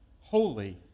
holy